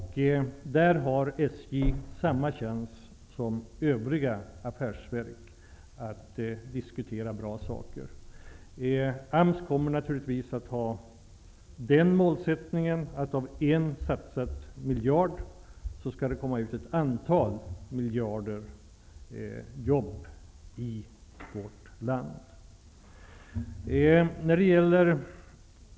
Där har SJ samma chans som övriga affärsverk att diskutera bra projekt. AMS kommer naturligtvis att ha målsättningen att det av en satsad miljard skall komma ut jobb för ett antal miljarder i vårt land.